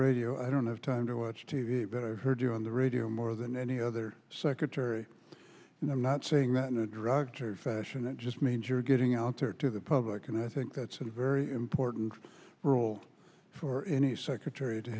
radio i don't have time to watch t v but i heard you on the radio more than any other secretary and i'm not saying that in a derogatory fashion it just means you're getting out there to the public and i think that's a very important role for any secretary to